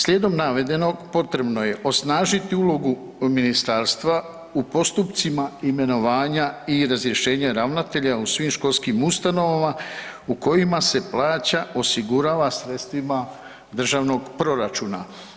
Slijedom navedenog potrebno je osnažiti ulogu ministarstva u postupcima imenovanja i razrješenja ravnatelja u svim školskim ustanovama u kojima se plaća osigurava sredstvima državnog proračuna.